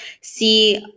see